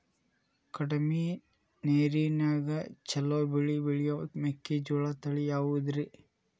ಕಡಮಿ ನೇರಿನ್ಯಾಗಾ ಛಲೋ ಬೆಳಿ ಬೆಳಿಯೋ ಮೆಕ್ಕಿಜೋಳ ತಳಿ ಯಾವುದ್ರೇ?